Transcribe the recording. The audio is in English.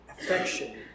affection